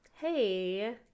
hey